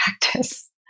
practice